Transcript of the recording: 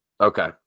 Okay